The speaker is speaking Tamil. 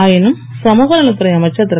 ஆயினும் சமுகநலத்துறை அமைச்சர் திரு